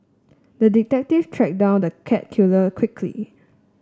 the detective tracked down the cat killer quickly